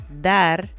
dar